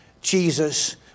Jesus